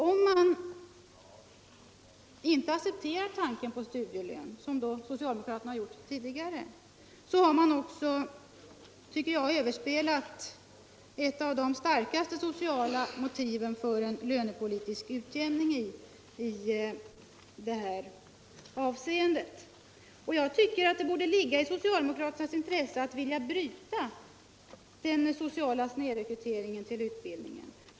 Om man inte accepterar tanken på studielön — som socialdemokraterna gjort tidigare — har man också, tycker jag, överspelat ett av de starkaste sociala motiven för en lönepolitisk utjämning i det här avseendet. Jag tycker att det borde ligga i socialdemokraternas intresse att vilja bryta den sociala snedrekryteringen till utbildningen.